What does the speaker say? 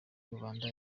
rubanda